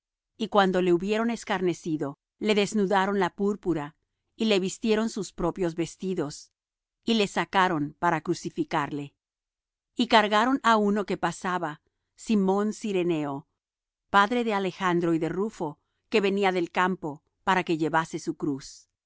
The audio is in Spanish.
y cuando le hubieron escarnecido le desnudaron la púrpura y le vistieron sus propios vestidos y le sacaron para crucificarle y cargaron á uno que pasaba simón cireneo padre de alejandro y de rufo que venía del campo para que llevase su cruz